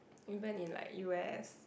even in like U_S